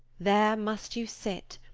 there must you sit,